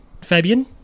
Fabian